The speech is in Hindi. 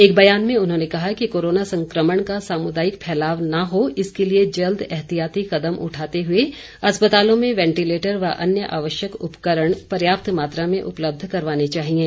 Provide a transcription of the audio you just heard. एक बयान में उन्होंने कहा कि कोरोना संक्रमण का सामुदायिक फैलाव न हो इसके लिए जल्द एहतियाती कदम उठाते हुए अस्पतालों में वैंटिलेटर व अन्य आवश्यक उपकरण पर्याप्त मात्रा में उपलब्ध करवाने चाहिएं